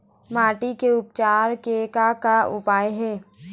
माटी के उपचार के का का उपाय हे?